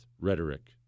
rhetoric